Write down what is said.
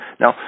Now